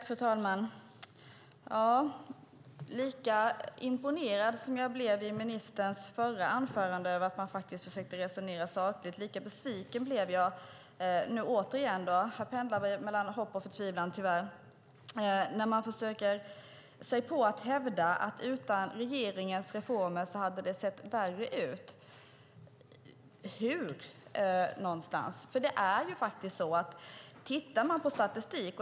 Fru talman! Lika imponerad som jag blev av ministerns förra anförande när hon faktiskt försökte resonera sakligt, lika besviken blev jag nu återigen. Här pendlar vi tyvärr mellan hopp och förtvivlan. Man försöker hävda att utan regeringens reformer hade det sett värre ut. Hur och var någonstans?